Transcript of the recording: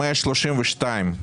132,